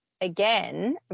again